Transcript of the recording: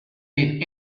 been